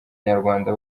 nyarwanda